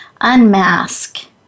unmask